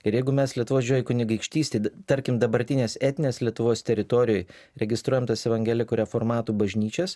ir jeigu mes lietuvos didžiojoj kunigaikštystėj tarkim dabartinės etninės lietuvos teritorijoj registruojam tas evangelikų reformatų bažnyčias